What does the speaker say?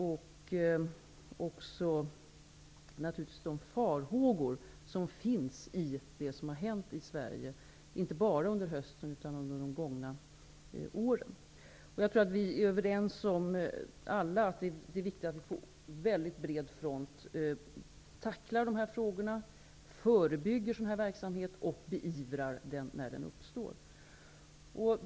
Jag uttryckte naturligtvis också de farhågor som är förknippade med det som har hänt i Sverige, inte bara under hösten utan under de gångna åren. Jag tror att vi alla är överens om att det är viktigt att vi tacklar dessa frågor på mycket bred front, att vi förebygger sådan verksamhet och beivrar den när den uppstår.